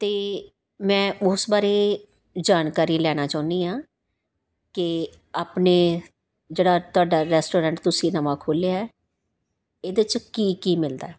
ਅਤੇ ਮੈਂ ਉਸ ਬਾਰੇ ਜਾਣਕਾਰੀ ਲੈਣਾ ਚਾਹੁੰਦੀ ਹਾਂ ਕਿ ਆਪਣੇ ਜਿਹੜਾ ਤੁਹਾਡਾ ਰੈਸਟੋਰੈਂਟ ਤੁਸੀਂ ਨਵਾਂ ਖੋਲ੍ਹਿਆ ਇਹਦੇ 'ਚ ਕੀ ਕੀ ਮਿਲਦਾ